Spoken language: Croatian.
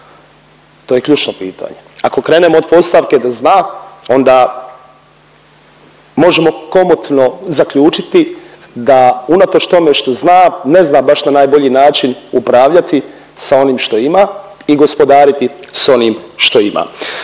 To je ključno pitanje. Ako krenemo od postavke da zna onda možemo komotno zaključiti da unatoč tome što zna ne zna baš na najbolji način upravljati sa onim što ima i gospodariti s onim što ima.